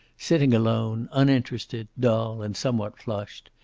sitting alone, uninterested, dull and somewhat flushed.